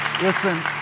Listen